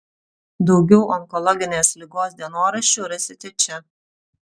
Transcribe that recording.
daugiau onkologinės ligos dienoraščių rasite čia